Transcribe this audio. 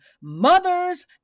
mothers